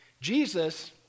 Jesus